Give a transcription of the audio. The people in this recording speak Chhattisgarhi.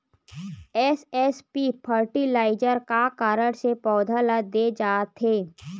एस.एस.पी फर्टिलाइजर का कारण से पौधा ल दे जाथे?